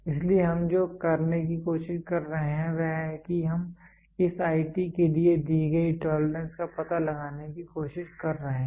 इसलिए हम जो करने की कोशिश कर रहे हैं वह यह है कि हम इस IT के लिए दी गई टोलरेंस का पता लगाने की कोशिश कर रहे हैं